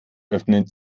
öffnen